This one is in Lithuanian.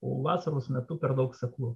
o vasaros metu per daug seklu